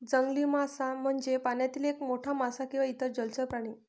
जंगली मासा म्हणजे पाण्यातील एक मोठा मासा किंवा इतर जलचर प्राणी